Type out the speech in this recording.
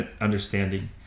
understanding